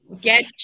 get